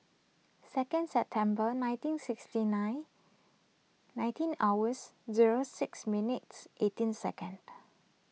second September nineteen sixty nine nineteen hours zero six minutes eighteen second